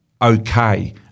Okay